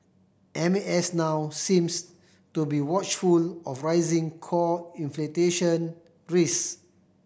M A S now seems to be watchful of rising core risk